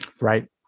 Right